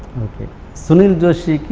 sunil joshi.